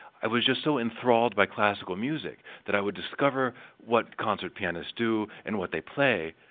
i was just so enthralled by classical music, that i would discover what concert pianists do, and what they play.